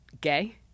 gay